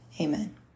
amen